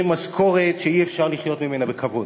משכורת שאי-אפשר לחיות ממנה בכבוד.